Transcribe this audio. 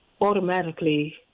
automatically